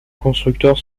constructeur